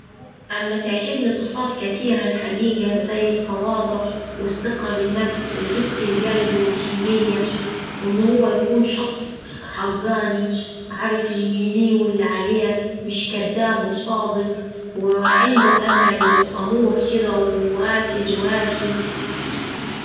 أما تعجبني صفات كتيرة الحقيقة زي التواضع والثقة بالنفس وطيبة القلب والحنية وإن هوه يكون شخص ح حقاني عارف اللي ليه واللي عليه، مش كداب وصادق وعنده أمل وطموح كدا وراكز وراسي.